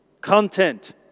Content